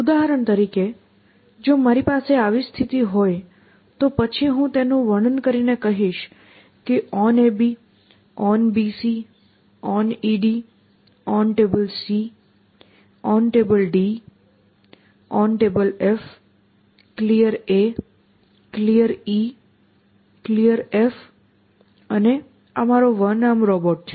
ઉદાહરણ તરીકે જો મારી પાસે આવી સ્થિતિ હોય તો પછી હું તેનું વર્ણન કરીને કહીશ કે OnAB OnBC OnED OnTable OnTable OnTable Clear Clear Clear અને આ મારો વન આર્મ રોબોટ છે